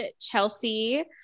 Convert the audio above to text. Chelsea